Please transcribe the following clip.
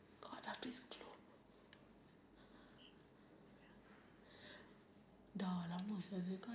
and then cherries is like surrounded beach like trees bushes and